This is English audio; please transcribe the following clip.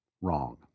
wrong